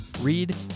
Read